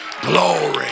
glory